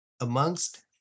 amongst